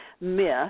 myth